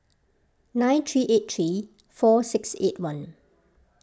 nine three eight three four six eight one